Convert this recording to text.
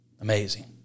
Amazing